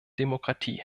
demokratie